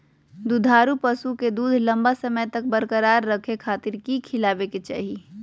दुधारू पशुओं के दूध लंबा समय तक बरकरार रखे खातिर की खिलावे के चाही?